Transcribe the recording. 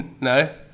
No